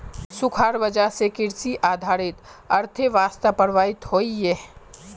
सुखार वजह से कृषि आधारित अर्थ्वैवास्था प्रभावित होइयेह